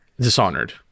dishonored